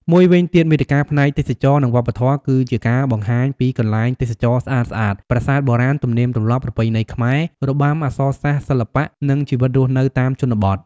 មួយវិញទៀត មាតិកាផ្នែកទេសចរណ៍ និងវប្បធម៌ គឺជាការបង្ហាញពីកន្លែងទេសចរណ៍ស្អាតៗ ប្រាសាទបុរាណ ទំនៀមទម្លាប់ ប្រពៃណីខ្មែរ របាំ អក្សរសាស្ត្រ សិល្បៈ និងជីវិតរស់នៅតាមជនបទ។